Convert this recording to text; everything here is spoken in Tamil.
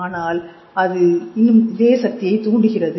ஆனால் அது இன்னும் இதே சக்தியைத் தூண்டுகிறது